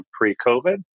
pre-COVID